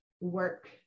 work